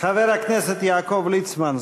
חבר הכנסת יעקב ליצמן,